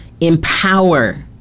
empower